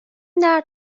درد